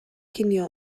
cinio